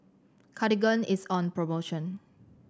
Cartigain is on promotion